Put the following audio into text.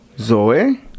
Zoe